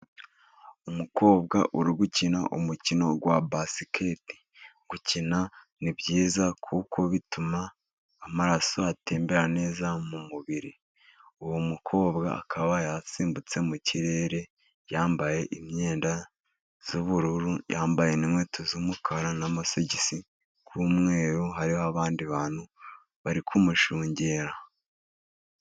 Umukobwa uri gukina umukino wa basikete. Gukina ni byiza kuko bituma amaraso atembera neza mu mubiri. Uwo mukobwa akaba yasimbutse mu kirere, yambaye imyenda y'ubururu, yambaye n' inkweto z'umukara n'amasogisi y'umweru hariho abandi bantu bari kumushungera.